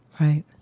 Right